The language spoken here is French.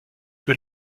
que